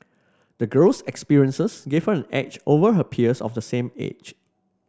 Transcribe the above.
the girl's experiences gave her an edge over her peers of the same age